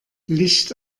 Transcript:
licht